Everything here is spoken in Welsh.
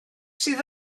sydd